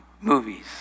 movies